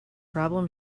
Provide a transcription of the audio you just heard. problem